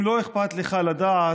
אם לא אכפת לך לדעת,